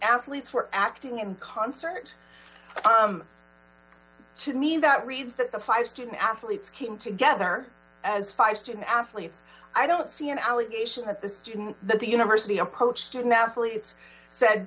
athletes were acting in concert to mean that reads that the five student athletes came together as five student athletes i don't see an allegation that the student that the university approached student athletes said